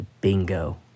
Bingo